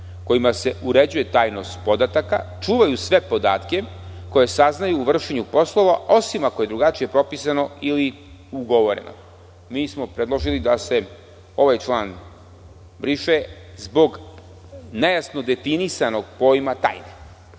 kojima se uređuje tajnost podataka, čuvaju sve podatke koje saznaju u vršenju posla, osim ako je drugačije propisano ili ugovoreno.“Predložili smo da se ovaj član briše zbog nejasno definisanog pojma „tajne“,